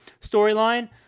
storyline